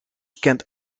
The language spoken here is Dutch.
kent